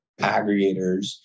aggregators